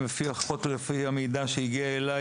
לפי המידע שהגיע אליי,